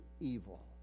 evil